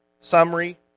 summary